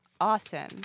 Awesome